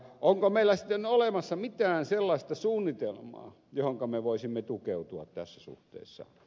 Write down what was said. onko meillä sitten olemassa mitään sellaista suunnitelmaa johonka me voisimme tukeutua tässä suhteessa